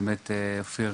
אופיר,